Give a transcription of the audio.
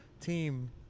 team